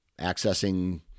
accessing